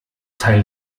teil